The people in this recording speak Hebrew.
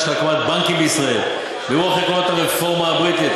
להקמת בנקים בישראל ברוח עקרונות הרפורמה הבריטית.